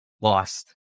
lost